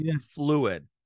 fluid